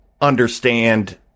understand